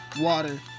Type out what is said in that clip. water